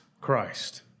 Christ